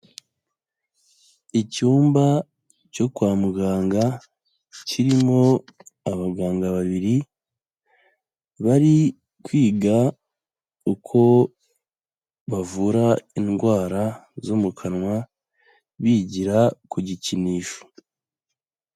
Icyumba cyo kwa muganga, kirimo abaganga babiri, bari kwiga uko bavura indwara zo mu kanwa bigira ku gikinisho.